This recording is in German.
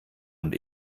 und